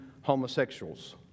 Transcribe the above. homosexuals